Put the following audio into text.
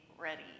ready